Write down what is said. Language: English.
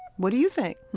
what do you think?